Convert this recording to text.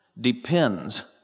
depends